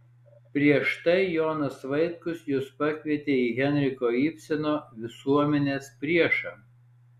prieš tai jonas vaitkus jus pakvietė į henriko ibseno visuomenės priešą